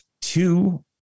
two